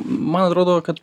man atrodo kad